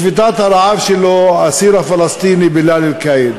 בשביתת הרעב שלו האסיר הפלסטיני בילאל קאיד,